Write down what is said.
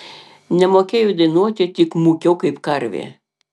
nemokėjau dainuoti tik mūkiau kaip karvė